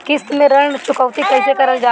किश्त में ऋण चुकौती कईसे करल जाला?